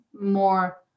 more